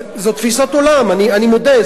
זאת תפיסת עולם, אני מודה.